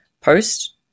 post